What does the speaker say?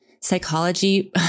psychology